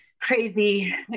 crazy